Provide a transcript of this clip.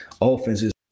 offenses